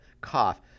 cough